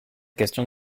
question